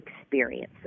experiences